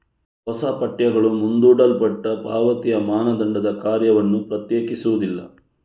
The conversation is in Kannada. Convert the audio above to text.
ಹೊಸ ಪಠ್ಯಗಳು ಮುಂದೂಡಲ್ಪಟ್ಟ ಪಾವತಿಯ ಮಾನದಂಡದ ಕಾರ್ಯವನ್ನು ಪ್ರತ್ಯೇಕಿಸುವುದಿಲ್ಲ